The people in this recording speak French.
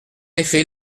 effet